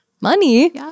money